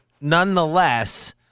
nonetheless